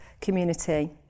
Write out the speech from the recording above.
community